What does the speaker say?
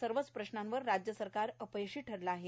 सर्वच प्रश्नांवर राज्य सरकार अ यशी ठरलं आहे